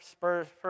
first